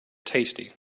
tasty